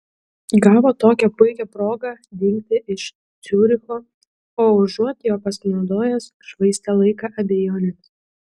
gavo tokią puikią progą dingti iš ciuricho o užuot ja pasinaudojęs švaistė laiką abejonėms